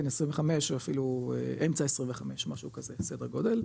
כן 2025 או אפילו אמצע 2025 משהו כזה סדר גודל,